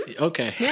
okay